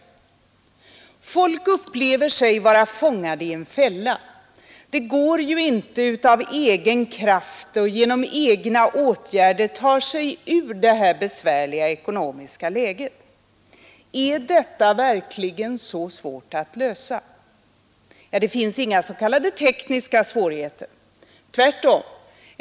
Människor upplever sig som fångade i en fälla. De kan inte av egen kraft och genom egna åtgärder ta sig ur detta besvärliga ekonomiska läge. Men är verkligen detta problem så svårt att lösa? Det finns inga s.k. tekniska svårigheter, tvärtom.